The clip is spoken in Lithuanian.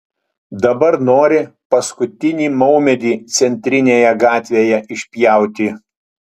dabar nori paskutinį maumedį centrinėje gatvėje išpjauti